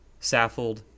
Saffold